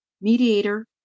mediator